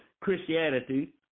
Christianity